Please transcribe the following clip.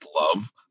love